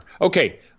Okay